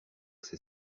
que